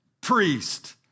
priest